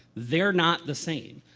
they're not the same.